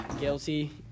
Guilty